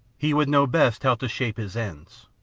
he would know best how to shape his ends.